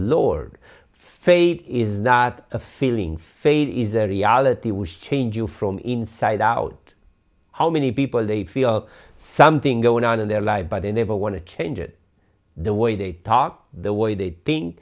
lord fade is not a feeling faith is a reality which change you from inside out how many people they feel something going on in their lives by they never want to change it the way they talk the way they think